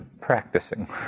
practicing